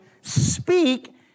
speak